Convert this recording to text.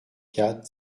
quatre